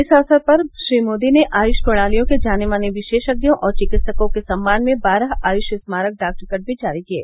इस अवसर पर श्री मोदी ने आयुष प्रणालियों के जाने माने विशेषज्ञों और चिकित्सकों के सम्मान में बारह आयुष स्मारक डाक टिकट भी जारी किये